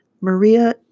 Maria